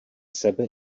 sebe